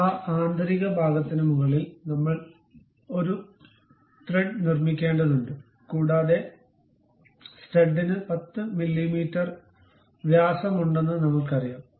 ആ ആന്തരിക ഭാഗത്തിന് മുകളിൽ നമ്മൾ ഒരു ത്രെഡ് നിർമ്മിക്കേണ്ടതുണ്ട് കൂടാതെ സ്റ്റഡിന് 10 മില്ലീമീറ്റർ വ്യാസമുണ്ടെന്ന് നമ്മൾക്കറിയാം